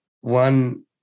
one